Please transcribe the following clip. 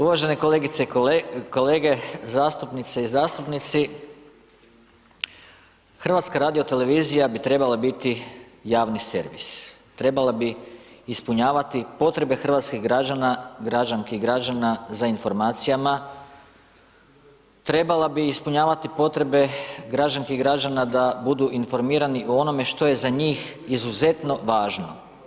Uvažene kolegice i kolege zastupnice i zastupnici, HRT bi trebala biti javni servis, trebala bi ispunjavati potrebe hrvatskih građana, građanki i građana za informacijama, trebala bi ispunjavati potrebe građanki i građana da budu informirani o onome što je za njih izuzetno važno.